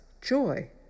joy